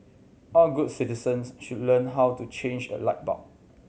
all good citizens should learn how to change a light bulb